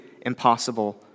impossible